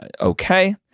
okay